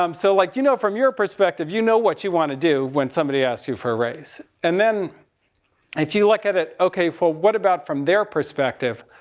um so like, you know from your perspective you know what you want to do when somebody asks you for a raise. and then if you look at it, okay, so what about from their perspective,